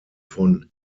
von